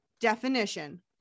definition